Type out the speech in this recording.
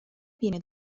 viene